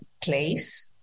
place